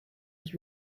was